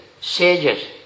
sages